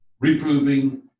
reproving